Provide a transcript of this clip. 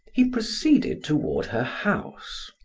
he proceeded toward her house.